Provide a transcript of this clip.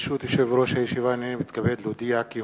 ברשות יושב-ראש הישיבה, הנני מתכבד להודיעכם, כי